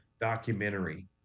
documentary